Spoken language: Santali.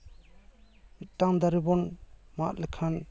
ᱢᱤᱫᱴᱟᱝ ᱫᱟᱨᱮ ᱵᱚᱱ ᱢᱟᱜ ᱞᱮᱠᱷᱟᱱ